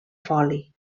foli